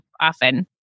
often